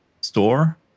store